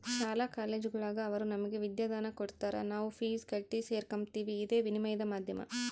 ಶಾಲಾ ಕಾಲೇಜುಗುಳಾಗ ಅವರು ನಮಗೆ ವಿದ್ಯಾದಾನ ಕೊಡತಾರ ನಾವು ಫೀಸ್ ಕಟ್ಟಿ ಸೇರಕಂಬ್ತೀವಿ ಇದೇ ವಿನಿಮಯದ ಮಾಧ್ಯಮ